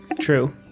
True